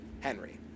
henry